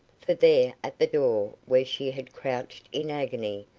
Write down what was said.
for there, at the door where she had crouched in agony,